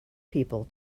people